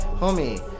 Homie